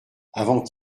avant